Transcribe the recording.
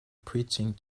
preaching